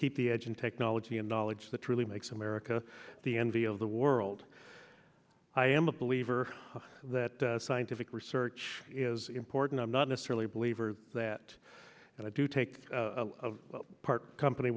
keep the edge in technology and knowledge that really makes america the envy of the world i am a believer that scientific research is important i'm not necessarily believer that and i do take part company